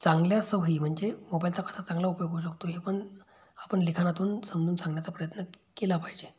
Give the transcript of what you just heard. चांगल्या सवयी म्हणजे मोबाईलचा कसा चांगला उपयोग होऊ शकतो हे पण आपण लेखनातून समजवून सांगण्याचा प्रयत्न केला पाहिजे